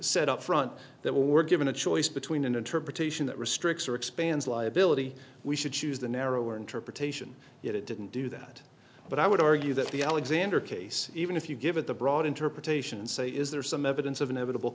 said up front that we're given a choice between an interpretation that restricts or expands liability we should choose the narrower interpretation yet it didn't do that but i would argue that the alexander case even if you give it the broad interpretation and say is there some evidence of inevitable